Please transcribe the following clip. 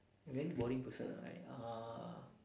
a very boring person lah I uh